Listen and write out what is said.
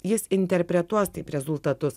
jis interpretuos taip rezultatus